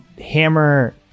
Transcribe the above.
hammer